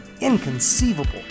inconceivable